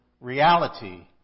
reality